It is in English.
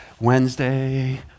Wednesday